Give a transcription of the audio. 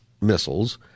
missiles